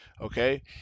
okay